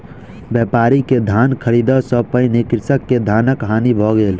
व्यापारी के धान ख़रीदै सॅ पहिने कृषक के धानक हानि भ गेल